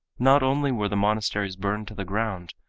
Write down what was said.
not only were the monasteries burned to the ground,